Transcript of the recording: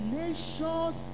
nations